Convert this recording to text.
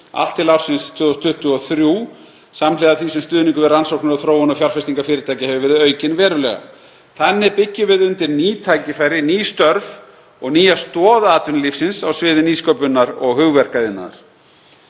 allt til ársins 2023 samhliða því sem stuðningur við rannsóknir og þróun og fjárfestingar fyrirtækja hefur verið aukinn verulega. Þannig byggjum við undir ný tækifæri, ný störf og nýja stoð atvinnulífsins á sviði nýsköpunar og hugverkaiðnaðar.